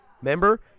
Remember